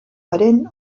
haren